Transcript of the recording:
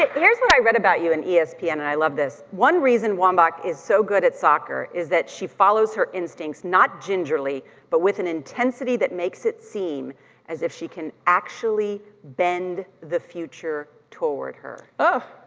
here's what i read about you in espn and i love this. one reason wambach is so good at soccer is that she follows her instincts, not gingerly but with an intensity that makes it seem as if she can actually bend the future toward her. oh!